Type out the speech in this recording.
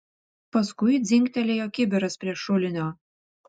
paskui dzingtelėjo kibiras prie šulinio